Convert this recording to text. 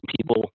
people